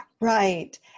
Right